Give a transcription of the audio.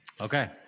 Okay